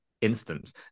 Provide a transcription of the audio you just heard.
instance